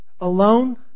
Alone